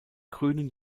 grünen